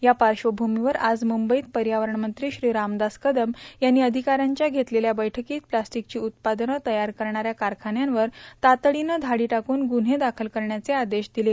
या पार्श्वभूमीवर आज मुंबईत पर्यावरण मंत्री श्री रामदास कदम यांनी अधिकाऱ्यांच्या घेतलेल्या बैठकीत प्लास्टिकची उत्पादनं तयार करणाऱ्या कारखान्यांवर तातडीनं धाडी टाकून ग्रन्हे दाखल करण्याचे आदेश दिले